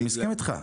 אני מסכים איתך.